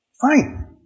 Fine